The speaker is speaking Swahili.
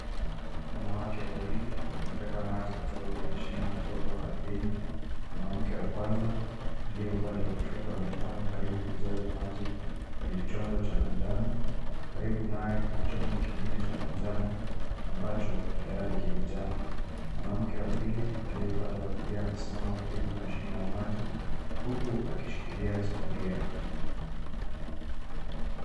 Wanawake wawili wanateka maji kutoka kwenye shimo ndogo ardhini, mwanamke wa kwanza aliye upande wa kushoto ameinama karibu kujaza maji kwenye chombo cha manjano, karibu naye kuna chombo kingine cha manjano ambacho tayari kimejaa. Mwanamke wa pili aliye upande wa kulia amesimama karibu na shimo ya maji huku akishikilia sufuria.